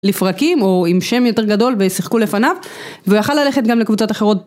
לפרקים או אם שם יותר גדול וישחקו לפניו והוא יכול ללכת גם לקבוצת אחרות